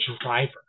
driver